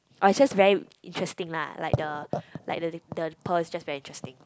oh it's just very interesting lah like the like the the pearl is just very interesting